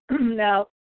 Now